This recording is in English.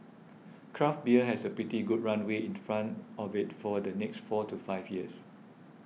craft beer has a pretty good runway in front of it for the next four to five years